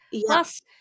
Plus